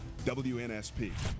WNSP